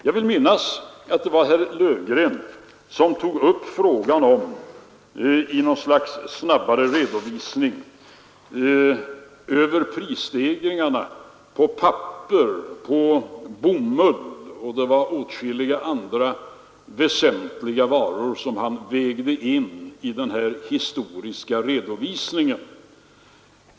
Jag vill minnas att det var herr Löfgren som tog upp en redovisning över prisstegringarna på papper, bomull och åtskilliga andra väsentliga varor, som han vägde in i den historiska beskrivningen.